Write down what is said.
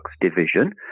division